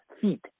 feet